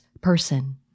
person